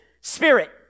spirit